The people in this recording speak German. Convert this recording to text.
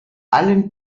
allen